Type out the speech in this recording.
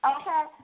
Okay